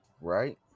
right